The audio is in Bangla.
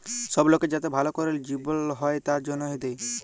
সব লকের যাতে ভাল ক্যরে জিবল হ্যয় তার জনহে দেয়